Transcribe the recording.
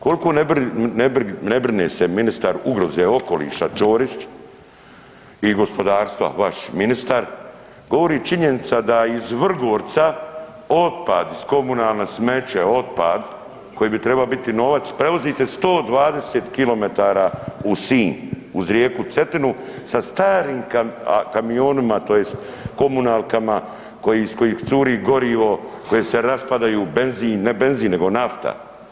Koliko ne brine se ministar ugroze okoliša Ćorić i gospodarstva vaš ministar govori činjenica da iz Vrgorca, otpad iz komunalno smeće, otpad koji bi trebao biti novac prevozite 120 km u Sinj, uz rijeku Cetinu sa starim kamionima tj. komunalkama iz kojih curi gorivo, koje se raspadaju, benzin ne benzin nego nafta.